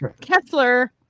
Kessler